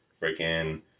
freaking